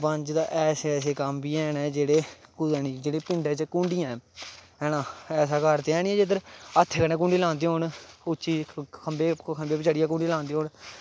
बंज दे ऐसे ऐसे कम्म बी है न जेह्ड़े कुदै नी जेह्ड़े पिंडै च कुंडियां ऐ ऐना ऐसा घर ते है निं जिद्धर हत्थें कन्नै कुंडी लांदे होन खंबे पर चढ़ियै कुंडी लांदे होन